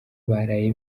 baraye